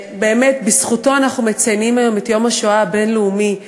ובאמת בזכותו אנחנו מציינים את יום השואה הבין-לאומי.